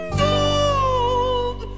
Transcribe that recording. gold